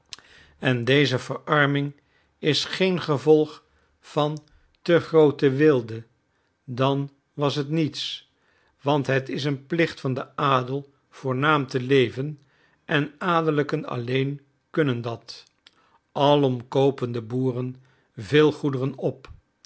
en deze verarming is geen gevolg van te groote weelde dan was het niets want het is een plicht van den adel voornaam te leven en adellijken alleen kunnen dat alom koopen de boeren veel goederen op